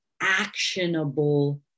actionable